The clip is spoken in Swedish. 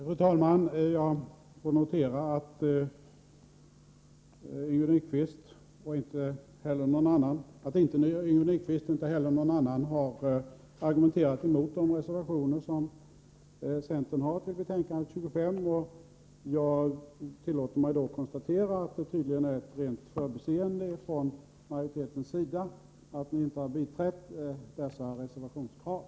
Fru talman! Jag noterar att Yngve Nyquist — eller någon annan — inte har argumenterat mot de reservationer som centern fogat till betänkande 25. Jag tillåter mig då att konstatera att det tydligen är ett rent förbiseende från majoritetens sida att man inte biträtt dessa reservationskrav.